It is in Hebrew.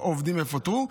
עובדים יפוטרו,